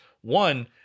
One